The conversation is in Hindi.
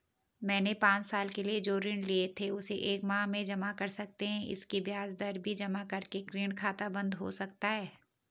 मैंने पांच साल के लिए जो ऋण लिए थे उसे एक माह में जमा कर सकते हैं इसकी ब्याज दर भी जमा करके ऋण खाता बन्द हो सकता है?